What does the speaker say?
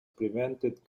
prevented